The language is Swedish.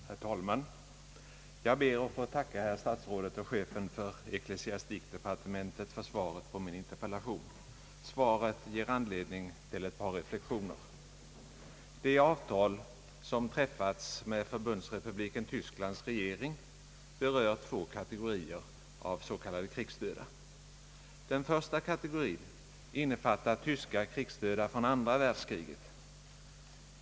Herr talman! Jag ber att få tacka herr statsrådet och chefen för ecklesiastikdepartementet för svaret på min interpellation. Svaret ger anledning till ett par reflexioner. Det avtal som har träffats med Förbundsrepubliken Tysklands regering berör två kategorier av s.k. krigsdöda. Den första kategorien innefattar tyska krigsdöda från andra världskriget.